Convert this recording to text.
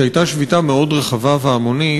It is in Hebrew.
שהייתה שביתה מאוד רחבה והמונית,